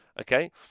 Okay